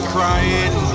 crying